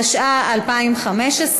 התשע"ה 2015,